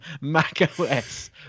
macOS